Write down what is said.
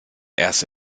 erste